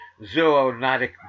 zoonotic